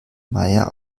meier